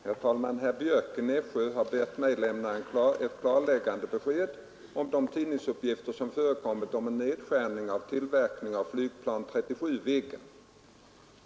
Herr talman! Herr Björck i Nässjö har bett mig lämna ett klarläggande besked om de tidningsuppgifter som förekommit om en nedskärning av tillverkningen av flygplan 37 Viggen.